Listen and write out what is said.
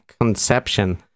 conception